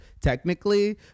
technically